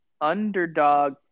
underdog